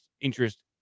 interest